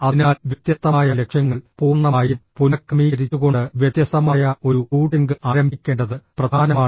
അതിനാൽ വ്യത്യസ്തമായ ലക്ഷ്യങ്ങൾ പൂർണ്ണമായും പുനഃക്രമീകരിച്ചുകൊണ്ട് വ്യത്യസ്തമായ ഒരു റൂട്ടിംഗ് ആരംഭിക്കേണ്ടത് പ്രധാനമാണ്